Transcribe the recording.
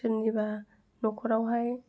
सोरनिबा न'खरावहाय